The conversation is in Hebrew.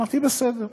אמרתי: בסדר.